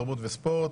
התרבות והספורט.